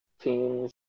teams